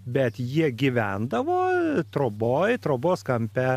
bet jie gyvendavo troboj trobos kampe